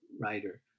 writer